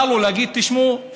בא לו להגיד: תשמעו,